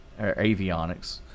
avionics